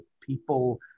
people